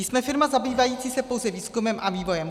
Jsme firma zabývající se pouze výzkumem a vývojem.